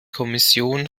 kommission